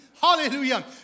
Hallelujah